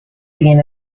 seen